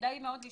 ברגע